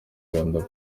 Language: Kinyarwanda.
rwanda